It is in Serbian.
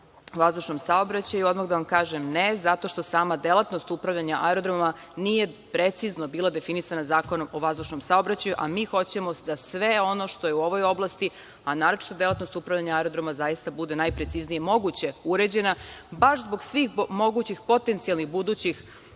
vazdušnom saobraćaju, odmah da vam kažem – ne, zato što sama delatnost upravljanja aerodromima, nije precizno bila definisana Zakonom o vazdušnom saobraćaju. Mi hoćemo da sve ono što je u ovoj oblasti, a naročito delatnost upravljanja aerodroma, zaista bude najprecizniji moguće uređena, baš zbog svih mogućih potencijalnih budućih